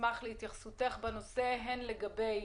אשמח להתייחסותך הן לגבי